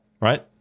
right